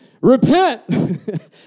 Repent